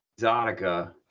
Exotica